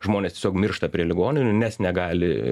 žmonės tiesiog miršta prie ligoninių nes negali